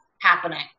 happening